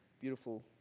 beautiful